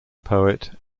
poet